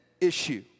issue